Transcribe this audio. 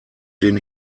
den